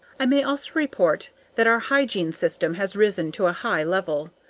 i may also report that our hygiene system has risen to a high level.